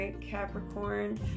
Capricorn